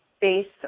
based